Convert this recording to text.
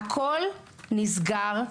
הכול נסגר,